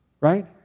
right